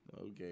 Okay